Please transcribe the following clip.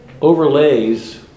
overlays